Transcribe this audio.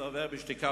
זה עובר בשתיקה,